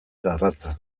garratza